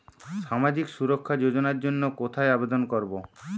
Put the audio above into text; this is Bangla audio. সামাজিক সুরক্ষা যোজনার জন্য কোথায় আবেদন করব?